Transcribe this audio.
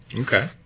Okay